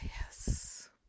Yes